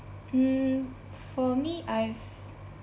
mm for me I've